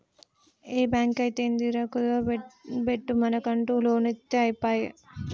ఏ బాంకైతేందిరా, కుదువ బెట్టుమనకుంట లోన్లిత్తె ఐపాయె